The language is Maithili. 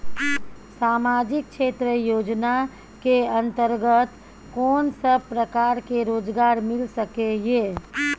सामाजिक क्षेत्र योजना के अंतर्गत कोन सब प्रकार के रोजगार मिल सके ये?